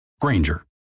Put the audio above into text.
Granger